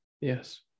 yes